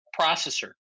processor